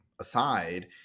aside